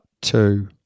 two